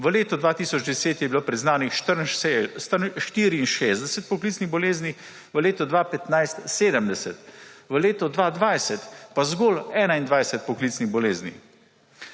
V letu 2010 je bilo priznanih 64 poklicnih bolezni, v letu 2015 70, v letu 2020 pa zgolj 21 poklicnih bolezni.